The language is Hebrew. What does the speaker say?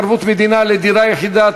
ערבות מדינה לדירה יחידה),